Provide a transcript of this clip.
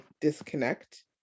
disconnect